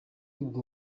ubwo